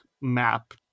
map